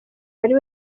wari